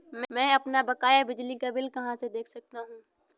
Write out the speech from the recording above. मैं अपना बकाया बिजली का बिल कहाँ से देख सकता हूँ?